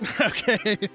Okay